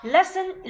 Lesson